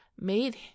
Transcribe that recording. made